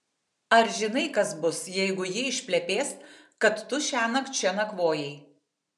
ar žinai kas bus jeigu ji išplepės kad tu šiąnakt čia nakvojai